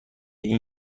این